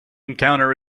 encounter